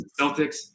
Celtics